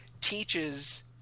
teaches